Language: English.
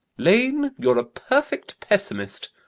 lane, you're a perfect pessimist.